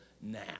now